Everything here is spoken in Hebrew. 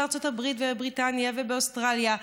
בארצות הברית, בבריטניה, באוסטרליה,